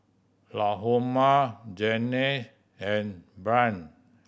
Lahoma Janelle and Brynn